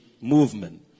movement